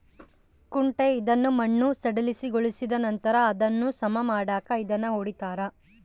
ಕುಂಟೆ ಇದನ್ನು ಮಣ್ಣು ಸಡಿಲಗೊಳಿಸಿದನಂತರ ಅದನ್ನು ಸಮ ಮಾಡಾಕ ಇದನ್ನು ಹೊಡಿತಾರ